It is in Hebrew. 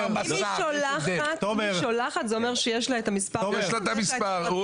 אם היא שולחת, זה אומר שיש לה את מספר הטלפון שלו.